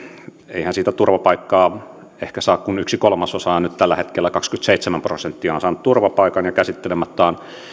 eihän sitä turvapaikkaa ehkä saa kuin yksi kolmasosa nyt tällä hetkellä kaksikymmentäseitsemän prosenttia on on saanut turvapaikan ja käsittelemättä on